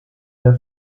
der